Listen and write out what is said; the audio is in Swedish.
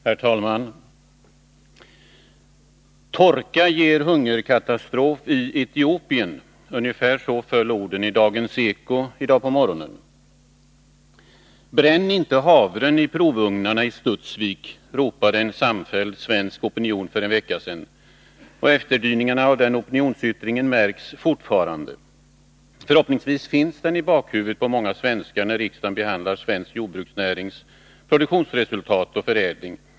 Herr talman! Torka ger hungerkatastrof i Etiopien — ungefär så föll orden i Dagens eko i dag på morgonen. Bränn inte havren i provugnarna i Studsvik! ropade en samfälld svensk opinion för en vecka sedan. Och efterdyningarna av den opinionsyttringen märks fortfarande. Förhoppningsvis finns den i bakhuvudet på många svenskar när riksdagen behandlar svensk jordbruksnärings produktionsresultat och förädling.